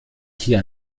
hier